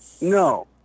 No